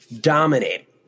dominate